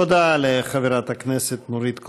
תודה לחברת הכנסת נורית קורן.